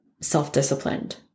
self-disciplined